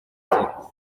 ati